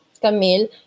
Camille